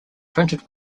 printed